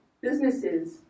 Businesses